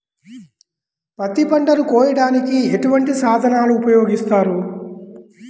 పత్తి పంటను కోయటానికి ఎటువంటి సాధనలు ఉపయోగిస్తారు?